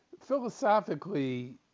Philosophically